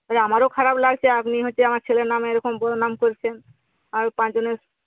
তাই আমারও খারাপ লাগছে আপনি হচ্ছে আমার ছেলের নামে এরকম বদনাম করছেন আর পাঁচজনের